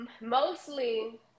Mostly